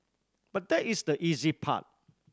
but that is the easy part